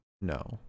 No